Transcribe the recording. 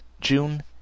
June